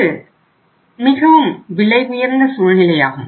இது மிகவும் விலை உயர்ந்த சூழ்நிலையாகும்